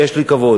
ויש לי כבוד,